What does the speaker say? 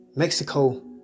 Mexico